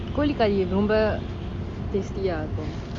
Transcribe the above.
கோழிக்கறி ரொம்ப:kozhikaari romba tasty eh இருக்கும்:irukum